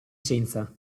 senza